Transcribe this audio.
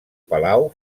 palau